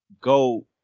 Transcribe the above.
go